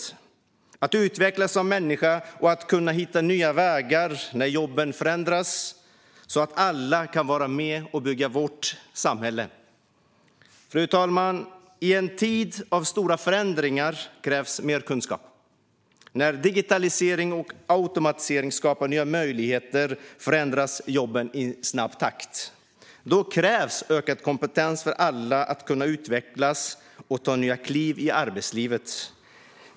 Man ska kunna utvecklas som människa och hitta nya vägar när jobben förändras, så att alla kan vara med och bygga vårt samhälle. Fru talman! I en tid av stora förändringar krävs mer kunskap. När digitalisering och automatisering skapar nya möjligheter förändras jobben i snabb takt. Då krävs ökad kompetens för alla för att kunna utvecklas och ta nya kliv i arbetslivet.